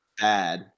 bad